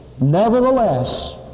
Nevertheless